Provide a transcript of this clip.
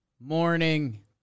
morning